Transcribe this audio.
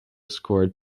scored